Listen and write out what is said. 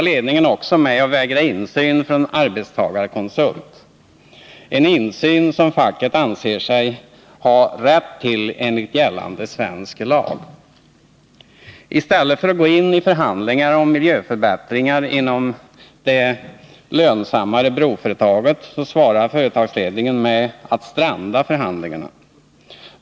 Ledningen vägrar också insyn från arbetstagarkonsult, en insyn som facket anser sig ha rätt till enligt gällande lag. I stället för att gå in i förhandlingar om miljöförbättringar inom det lönsamma Örebroföretaget svarar företagsledningen med att stranda förhandlingarna.